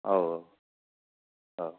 औऔ औ